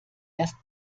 erst